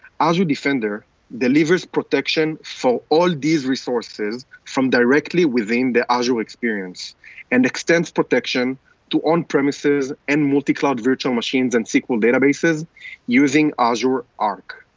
azure defender delivers protection for all these resources from directly within the azure experience and extends protection to on-premises and multi-cloud virtual machines and sql databases using azure arc.